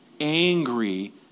Angry